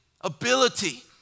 ability